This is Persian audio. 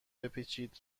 بپیچید